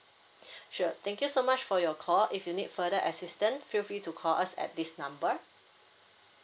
sure thank you so much for your call if you need further assistance feel free to call us at this number